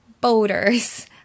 boaters